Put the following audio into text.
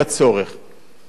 נאבק כדי לקיים אותו.